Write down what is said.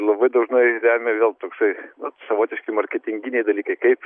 labai dažnai lemia vėl toksai savotiški marketinginiai dalykai kaip